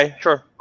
sure